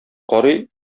карый